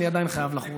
אני עדיין חייב לך,